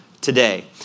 today